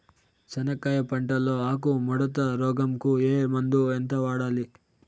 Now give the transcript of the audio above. చెనక్కాయ పంట లో ఆకు ముడత రోగం కు ఏ మందు ఎంత వాడాలి?